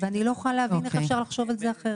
ואני לא יכולה להבין איך אפשר לחשוב על זה אחרת.